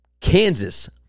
Kansas